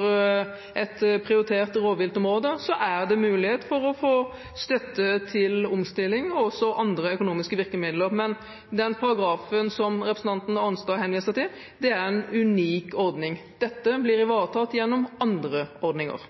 et prioritert rovviltområde, er det mulighet for å få støtte til omstilling og også andre økonomiske virkemidler. Men den paragrafen som representanten Arnstad henviser til, er en unik ordning. Dette blir ivaretatt gjennom andre ordninger.